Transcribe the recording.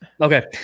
Okay